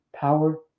power